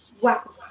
wow